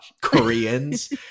Koreans